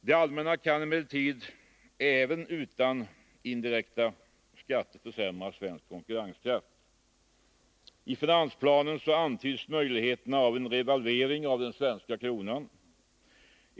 Det allmänna kan emellertid även utan indirekta skatter försämra svensk konkurrenskraft. I finansplanen antyds möjligheterna av en revalvering av den svenska kronan.